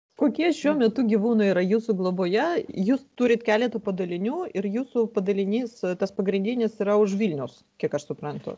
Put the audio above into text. kokie šiuo metu gyvūnui yra jūsų globoje jūs turit keletą padalinių ir jūsų padalinys tas pagrindinis yra už vilniaus kiek aš suprantu